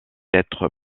être